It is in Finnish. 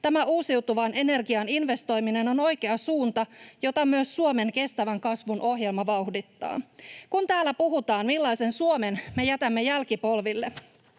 Tämä uusiutuvaan energiaan investoiminen on oikea suunta, jota myös Suomen kestävän kasvun ohjelma vauhdittaa. Kun täällä puhutaan, millaisen Suomen me jätämme jälkipolville,